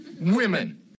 Women